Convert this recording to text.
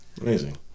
Amazing